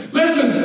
listen